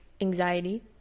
anxiety